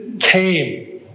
came